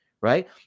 Right